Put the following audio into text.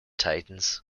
titans